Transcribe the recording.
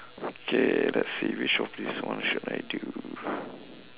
okay let's see which of this one should I do